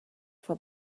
for